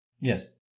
Yes